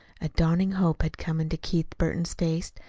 a dawning hope had come into keith burton's face,